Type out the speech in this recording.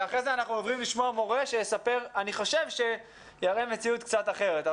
ואחרי זה נשמע מורה שיראה מציאות קצת אחרת.